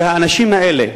שהאנשים האלה,